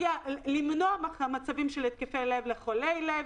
למנוע מצבים של התקפי לב לחולי לב,